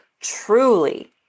truly